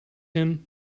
him